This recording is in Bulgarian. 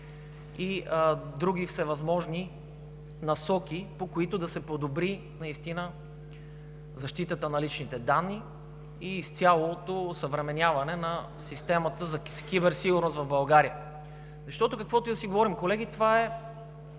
и други всевъзможни насоки, по които да се подобри защитата на личните данни и изцяло осъвременяване на системата за киберсигурност в България. Каквото и да си говорим, колеги, това е